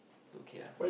so okay lah